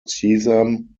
sesame